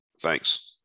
Thanks